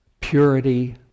purity